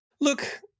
look